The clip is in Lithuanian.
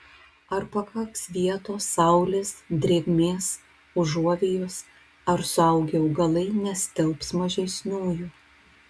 ar pakaks vietos saulės drėgmės užuovėjos ar suaugę augalai nestelbs mažesniųjų